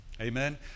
Amen